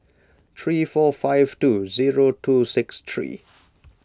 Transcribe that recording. three four five two zero two six three